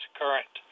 current